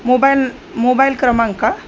mobile mobile क्रमांक का